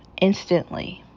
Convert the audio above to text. instantly